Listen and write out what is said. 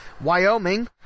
Wyoming